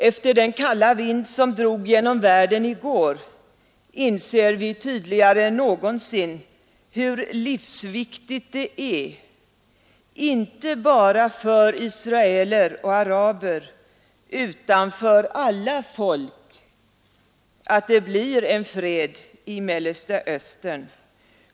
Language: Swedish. Efter den kalla vind som drog genom världen i går inser vi tydligare än någonsin hur livsviktigt det är inte bara för israeler och araber utan för alla folk att det blir en fred i Mellersta Östern.